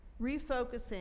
refocusing